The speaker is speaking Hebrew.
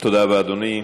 תודה רבה, אדוני.